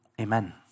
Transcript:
Amen